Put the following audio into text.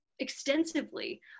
extensively